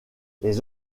les